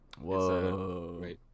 whoa